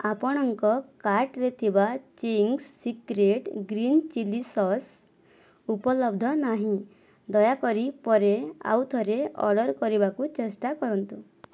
ଆପଣଙ୍କ କାର୍ଟ୍ରେ ଥିବା Ching's Secret green chilli sauce ଉପଲବ୍ଧ ନାହିଁ ଦୟାକରି ପରେ ଆଉଥରେ ଅର୍ଡ଼ର୍ କରିବାକୁ ଚେଷ୍ଟା କରନ୍ତୁ